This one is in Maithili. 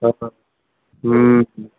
हँ ह्म्म